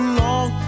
long